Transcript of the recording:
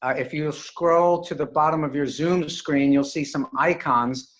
ah if you scroll to the bottom of your zoom screen, you'll see some icons,